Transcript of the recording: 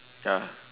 ya